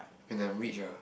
when I'm rich ah